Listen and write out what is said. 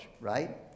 right